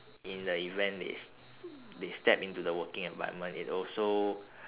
in the event they s~ they step into the working environment it also